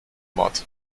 mod